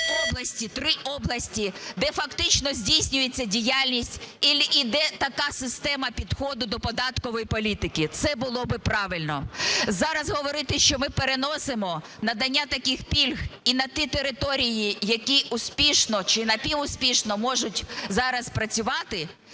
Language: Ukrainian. три області, де фактично здійснюється діяльність або йде така система підходу до податкової політики. Це було б правильно. Зараз говорити, що ми переносимо надання таких пільг і на ті території, які успішно чи напівуспішно можуть зараз працювати,